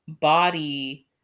body